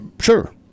sure